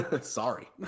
Sorry